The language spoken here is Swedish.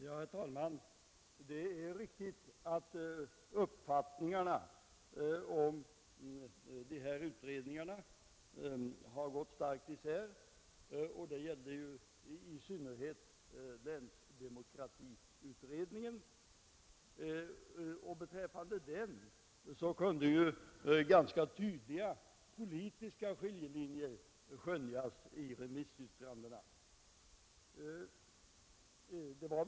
Herr talman! Det är riktigt att uppfattningarna om utredningarna gått starkt isär speciellt om länsdemokratiutredningen. Beträffande denna kunde ganska tydliga politiska skiljelinjer skönjas i remissyttrandena.